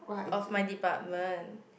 of my department